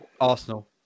Arsenal